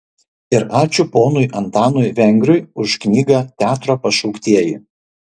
ir ačiū ponui antanui vengriui už knygą teatro pašauktieji